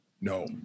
No